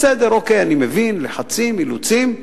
בסדר, אוקיי, אני מבין, לחצים, אילוצים.